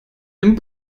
dem